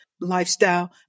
lifestyle